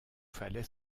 fallait